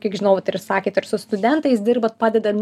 kiek žinau tai ir sakėt ir su studentais dirbat padeda